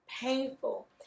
painful